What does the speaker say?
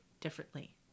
differently